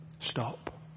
stop